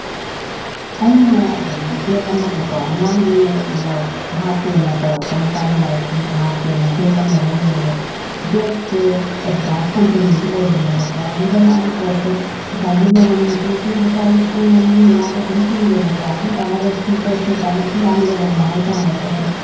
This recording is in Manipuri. ꯑꯩꯅ ꯀꯩꯅꯣ ꯕꯦꯛ ꯑꯃꯈꯛꯀꯣ ꯑꯉꯥꯡꯒꯤ ꯂꯥꯏꯔꯤꯛ ꯍꯥꯞꯀꯦꯅ ꯀꯣ ꯏꯆꯥ ꯅꯨꯄꯥꯒꯤ ꯂꯥꯏꯔꯤꯛ ꯍꯥꯞꯀꯦꯅ ꯕꯦꯛ ꯑꯃ ꯂꯩꯔꯨꯕꯅꯦꯕ ꯕꯦꯛꯁꯦ ꯑꯦꯗꯤꯗꯥꯁ ꯀꯝꯄꯦꯅꯤꯒꯤ ꯑꯣꯏꯕꯅꯦꯕ ꯀꯣ ꯑꯗꯨꯗ ꯃꯥꯒꯤ ꯄꯣꯠꯁꯦ ꯉꯁꯥꯏꯒꯤ ꯃꯃꯜꯁꯤꯗꯤ ꯂꯨꯄꯥ ꯂꯤꯁꯤꯡ ꯑꯅꯤ ꯃꯌꯥꯗꯤ ꯑꯗꯨꯝ ꯄꯤꯔꯦꯕ ꯀꯣ ꯑꯗꯨ ꯑꯣꯏ ꯇꯥꯔꯒꯁꯨ ꯄꯣꯠꯁꯦ ꯀ꯭ꯋꯥꯂꯤꯇꯤ ꯌꯥꯝ ꯂꯩꯔꯝꯕ ꯍꯥꯏ ꯇꯥꯔꯦ ꯄꯣꯠꯁꯦ